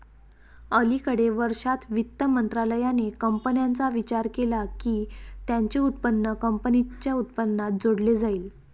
अलिकडे वर्षांत, वित्त मंत्रालयाने कंपन्यांचा विचार केला की त्यांचे उत्पन्न कंपनीच्या उत्पन्नात जोडले जाईल